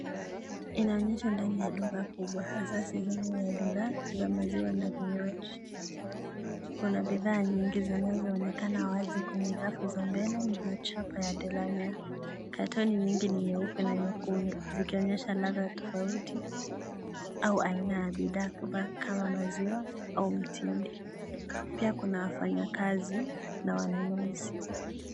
Inayoonyesha ndani ya duka kubwa hasa sehemu ya bidhaa za maziwa na vinywaji, kuna bidhaa nyingi zinazoonekana wazi kwenye rafu za mbele ni za chapa ya Delamare, katoni nyingi ni nyeupe na nyekundu zikionyesha ladha tofauti au aina ya bidhaa kama maziwa au mtindi, pia kuna wafanyikazi na wanunuzi.